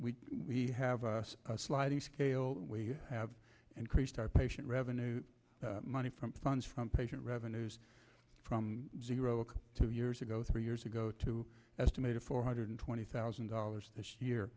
that we have a sliding scale that we have increased our patient revenue money from funds from patient revenues from zero two years ago three years ago to estimated four hundred twenty thousand dollars this year